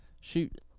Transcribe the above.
Shoot